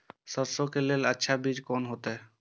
सरसों के लेल अच्छा बीज कोन होते?